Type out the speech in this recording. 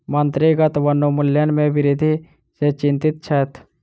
मंत्रीगण वनोन्मूलन में वृद्धि सॅ चिंतित छैथ